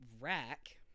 rack